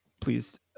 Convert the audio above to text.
Please